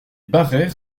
barère